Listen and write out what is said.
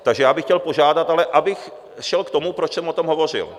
Takže já bych chtěl požádat, ale abych šel k tomu, proč jsem o tom hovořil.